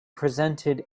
presented